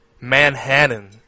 Manhattan